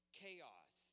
chaos